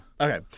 Okay